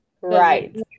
right